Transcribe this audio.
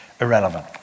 irrelevant